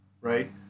right